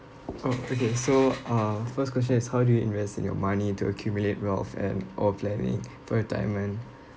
oh okay so uh first question is how do you invest in your money to accumulate wealth and or planning for retirement